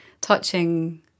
touching